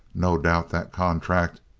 no doubt that contract,